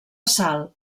sal